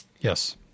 Yes